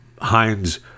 Heinz